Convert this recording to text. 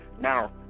Now